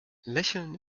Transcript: lächeln